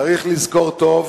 צריך לזכור טוב